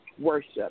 worship